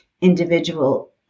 individual